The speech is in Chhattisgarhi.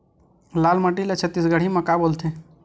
लाल माटी ला छत्तीसगढ़ी मा का बोलथे?